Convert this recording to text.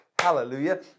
hallelujah